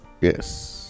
yes